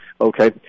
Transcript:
Okay